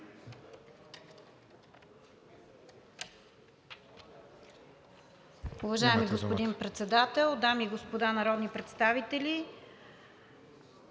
Уважаеми господин Председател, дами и господа народни представители!